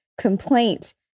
complaint